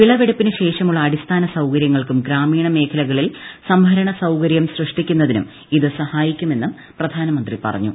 വിളവെടുപ്പിനുശേഷമുള്ള അടിസ്ഥാന സൌകര്യങ്ങൾക്കും ഗ്രാമീണ മേഖലകളിൽ സംഭരണ സൌകര്യം സൃഷ്ടിക്കുന്നതിനും ഇത് സഹായിക്കുമെന്നും പ്രധാനമന്ത്രി പറഞ്ഞു